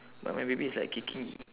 but my baby is like kicking